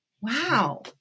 wow